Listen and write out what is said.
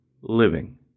LIVING